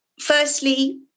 Firstly